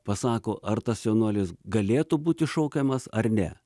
pasako ar tas jaunuolis galėtų būti šaukiamas ar ne